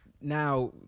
Now